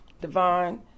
Devon